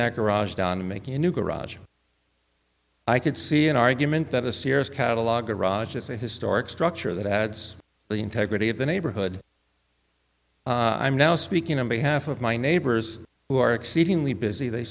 that garage down and making a new garage i could see an argument that a sears catalog garage is a historic structure that had the integrity of the neighborhood i'm now speaking on behalf of my neighbors who are exceedingly busy they